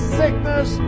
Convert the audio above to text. sickness